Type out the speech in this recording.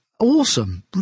Awesome